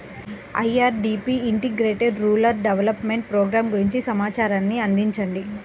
IRDP integrated rural development programme గురించి సమాచారాన్ని అందించండి?